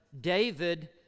David